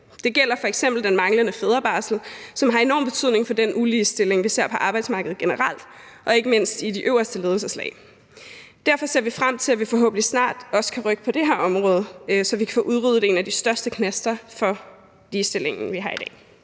Det gælder f.eks. den manglende fædrebarsel, som har enorm betydning for den uligestilling, vi ser på arbejdsmarkedet generelt, og ikke mindst i de øverste ledelseslag. Derfor ser vi frem til, at vi forhåbentlig snart også kan rykke på det her område, så vi kan få udryddet en af de største knaster for ligestillingen, vi har i dag.